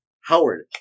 Howard